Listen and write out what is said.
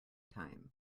time